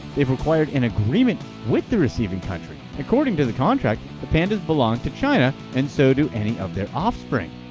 they've required an agreement with the receiving country. according to the contract, the pandas belong to china and so do any of their offspring.